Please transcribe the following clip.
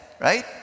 right